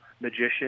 magician